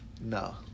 No